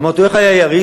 אמרתי לו, איך היה היריד?